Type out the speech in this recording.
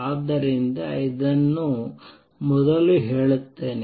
ಆದ್ದರಿಂದ ಇದನ್ನು ಮೊದಲು ಹೇಳುತ್ತೇನೆ